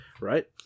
right